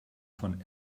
von